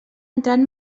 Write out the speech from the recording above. entrant